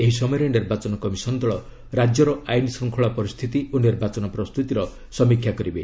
ଏହି ସମୟରେ ନିର୍ବାଚନ କମିଶନ୍ ଦଳ ରାଜ୍ୟର ଆଇନ ଶୃଙ୍ଖଳା ପରିସ୍ଥିତି ଓ ନିର୍ବାଚନ ପ୍ରସ୍ତୁତିର ସମୀକ୍ଷା କରିବେ